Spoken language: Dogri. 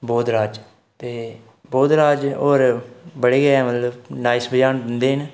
बोध राज ते बोध राज होर बड़े गै मतलब नाइस रुझान दिंदे न